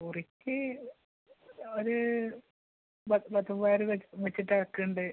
കുറിക്ക് ഒരു പത്ത് പത്ത് മൂവായിരം വെച്ച് വെച്ചിട്ട് അടക്കുന്നുണ്ട്